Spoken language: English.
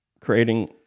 creating